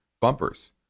bumpers